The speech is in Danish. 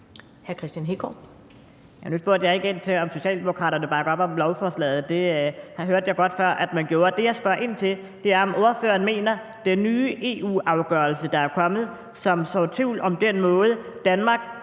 Nu spurgte jeg ikke ind til, om Socialdemokraterne bakker op om lovforslaget. Det hørte jeg godt før at man gjorde. Det, jeg spørger ind til, er, hvad ordføreren mener om den nye EU-afgørelse, der er kommet. Den sår tvivl om den måde, Danmark